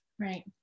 Right